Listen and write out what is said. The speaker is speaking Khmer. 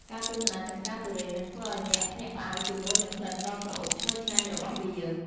ការទស្សនាចម្ការទុរេននឹងធ្វើឱ្យអ្នកភ្ញាក់ផ្អើលជាមួយនឹងក្លិនដ៏ក្រអូបឈ្ងុយឆ្ងាញ់របស់វា។